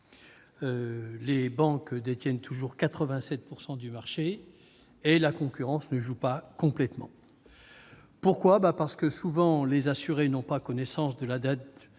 Les banques détiennent toujours 87 % du marché, et la concurrence ne joue pas complètement. Pourquoi ? Parce que, souvent, les assurés ne connaissent pas la date